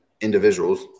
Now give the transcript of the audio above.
individuals